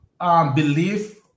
belief